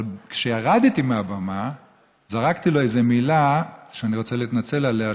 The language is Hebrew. אבל כשירדתי מהבמה זרקתי לו איזו מילה שאני רוצה להתנצל עליה,